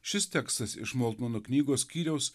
šis tekstas iš moltmono knygos skyriaus